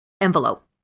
envelope